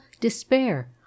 despair